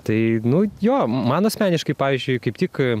tai nu jo man asmeniškai pavyzdžiui kaip tik